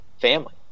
family